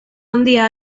handia